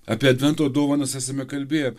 apie advento dovanas esame kalbėję